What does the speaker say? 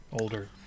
older